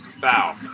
Foul